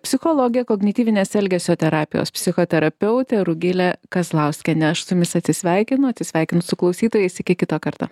psichologė kognityvinės elgesio terapijos psichoterapeutė rugilė kazlauskienė aš su jumis atsisveikinu atsisveikinu su klausytojais iki kito karto